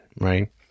Right